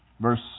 Verse